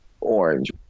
orange